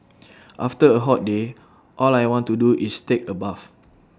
after A hot day all I want to do is take A bath